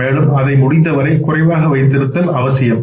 மேலும் அதை முடிந்தவரை குறைவாக வைத்திருக்க வேண்டும்